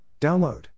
Download